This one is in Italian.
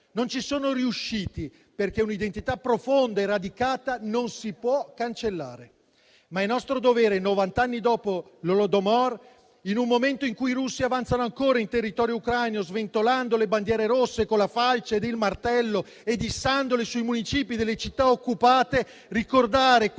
Non ci sono riusciti, perché un'identità profonda e radicata non si può cancellare. Ma è nostro dovere, novant'anni dopo l'Holodomor, in un momento in cui i russi avanzano ancora in territorio ucraino, sventolando le bandiere rosse con la falce e il martello ed issandole sui municipi delle città occupate, ricordare questo